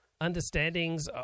understandings